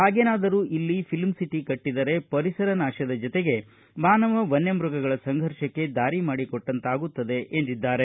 ಹಾಗೇನಾದರೂ ಇಲ್ಲಿ film city ಕಟ್ಟದರೆ ಪರಿಸರ ನಾಶದ ಜತೆಗೆ ಮಾನವ ವನ್ಯ ಮೃಗಗಳ ಸಂಘರ್ಷಕ್ಕೆ ದಾರಿ ಮಾಡಿಕೊಟ್ಟಂತಾಗುತ್ತದೆ ಎಂದಿದ್ದಾರೆ